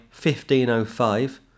1505